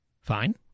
fine